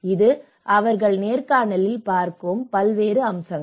இது அவர்கள் நேர்காணலில் பார்க்கும் பல்வேறு அம்சங்கள்